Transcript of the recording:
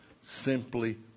Simply